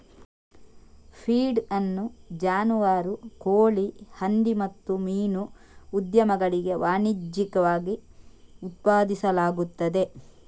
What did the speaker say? feed ಅನ್ನು ಜಾನುವಾರು, ಕೋಳಿ, ಹಂದಿ ಮತ್ತು ಮೀನು ಉದ್ಯಮಗಳಿಗೆ ವಾಣಿಜ್ಯಿಕವಾಗಿ ಉತ್ಪಾದಿಸಲಾಗುತ್ತದೆ